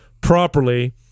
properly